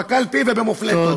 בקלפי ובמופלטות,